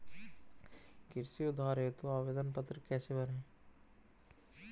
कृषि उधार हेतु आवेदन पत्र कैसे भरें?